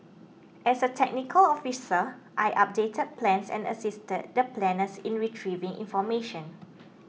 as a technical officer I updated plans and assisted the planners in retrieving information